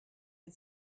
had